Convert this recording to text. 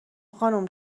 خانم